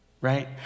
right